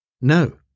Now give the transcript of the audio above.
No